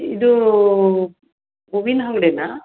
ಇದು ಹೂವಿನ ಅಂಗ್ಡಿನಾ